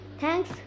Thanks